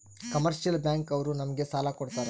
commercial bank ಅವ್ರು ನಮ್ಗೆ ಸಾಲ ಕೊಡ್ತಾರ